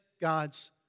God's